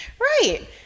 Right